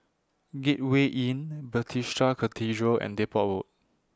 Gateway Inn Bethesda Cathedral and Depot Road